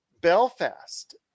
Belfast